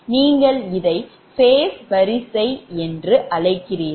நீங்கள் இதை phase வரிசை என்று அழைக்கிறீர்கள்